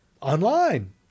online